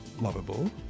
lovable